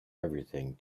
everything